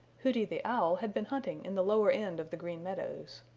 hooty the owl had been hunting in the lower end of the green meadows.